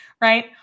right